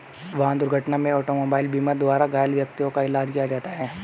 वाहन दुर्घटना में ऑटोमोबाइल बीमा द्वारा घायल व्यक्तियों का इलाज किया जाता है